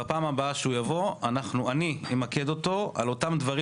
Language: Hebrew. בפעם הבאה שהוא יבוא אני אמקד אותו על אותם דברים